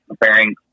preparing